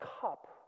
cup